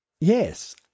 yes